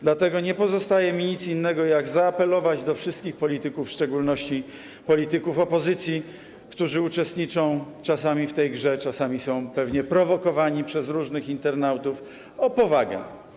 Dlatego nie pozostaje mi nic innego, jak zaapelować do wszystkich polityków, w szczególności polityków opozycji, którzy uczestniczą czasami w tej grze, czasami są pewnie prowokowani przez różnych internautów, o powagę.